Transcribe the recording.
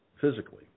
physically